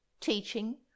teaching